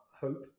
hope